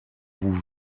vous